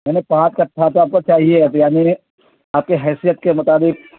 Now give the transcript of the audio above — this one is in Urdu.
میں نے پانچ اٹھا تو آپ کو چاہیے یعنی آپ کے حیثیت کے مطعابق